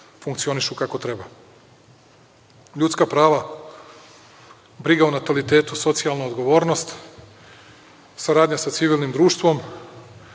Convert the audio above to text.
funkcionišu kako treba. Ljudska prava, briga o natalitetu, socijalna odgovornost, saradnja sa civilnim društvom,